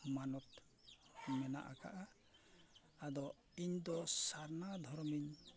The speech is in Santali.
ᱢᱟᱱᱚᱛ ᱢᱮᱱᱟᱜ ᱟᱠᱟᱫᱼᱟ ᱤᱧ ᱫᱚ ᱥᱟᱨᱱᱟ ᱫᱷᱚᱨᱚᱢ ᱤᱧ